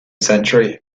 century